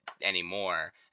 anymore